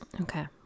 Okay